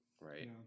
Right